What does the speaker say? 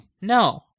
No